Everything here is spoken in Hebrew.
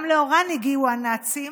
גם לאוראן הגיעו הנאצים,